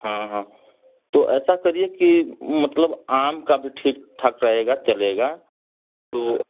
हाँ हाँ तो ऐसा करिए कि मतलब आम का भी ठीक ठाक रहेगा चलेगा तो